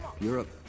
Europe